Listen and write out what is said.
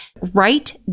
write